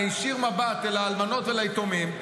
ניישר מבט אל האלמנות והיתומים,